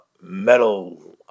metal